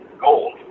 gold